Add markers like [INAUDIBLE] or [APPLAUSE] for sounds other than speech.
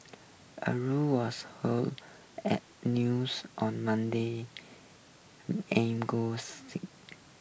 a rule was hold at news on Monday aim good [UNINTELLIGIBLE]